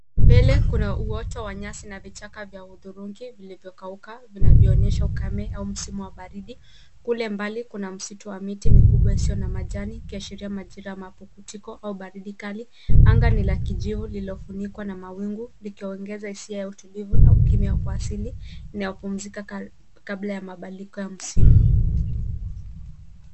Mbele kuna uoto wa nyasi na vichaka vya hudhurungi vilivyokauka vinavyoonyesha ukame au msimu wa baridi. Kule mbali kuna msitu wa miti mikubwa isio na majani ikiashiria majira ya mapuputiko au baridi kali. Anga ni la kijivu lililofunikwa na mawingu likiongeza hisia ya utulivu na ukimya kwa asili inayopumzika kabla ya mabadiliko ya msimu.